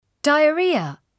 Diarrhea